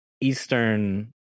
Eastern